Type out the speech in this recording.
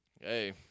Hey